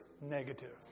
negative